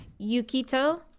Yukito